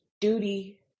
duty